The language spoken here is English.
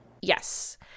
Yes